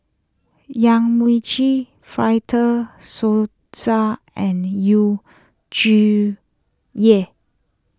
Yong Mun Chee Fred De Souza and Yu Zhuye